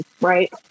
right